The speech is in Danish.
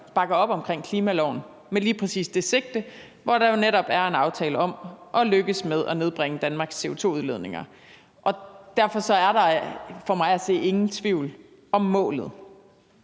der bakker op omkring klimaloven med lige præcis det sigte, hvor der jo netop er en aftale om at lykkes med at nedbringe Danmarks CO2-udledninger. Derfor er der for mig at se ingen tvivl om målet.